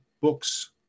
books